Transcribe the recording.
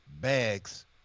bags